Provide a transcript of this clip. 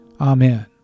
Amen